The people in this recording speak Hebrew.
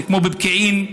כמו בפקיעין,